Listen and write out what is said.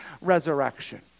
resurrection